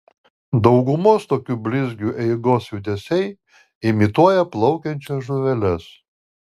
daugumos tokių blizgių eigos judesiai imituoja plaukiančias žuveles